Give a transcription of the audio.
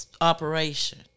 operation